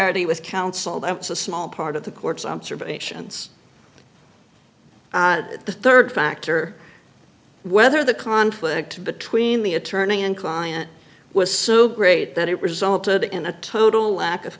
familiarity with counsel that's a small part of the court's observations the third factor whether the conflict between the attorney and client was so great that it resulted in a total lack of